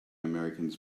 americans